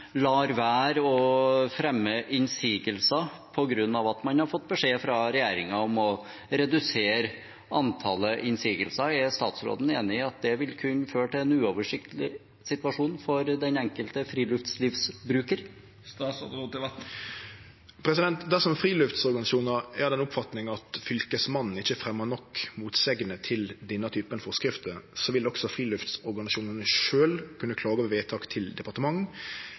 lar være å fremme innsigelser på grunn av at man har fått beskjed fra regjeringen om å redusere antallet innsigelser? Er statsråden enig i at det vil kunne føre til en uoversiktlig situasjon for den enkelte friluftslivsbruker? Dersom friluftsorganisasjonar er av den oppfatninga at Fylkesmannen ikkje fremjar nok motsegner til denne typen forskrifter, vil også friluftsorganisasjonane sjølve kunne klage over vedtak til departementet.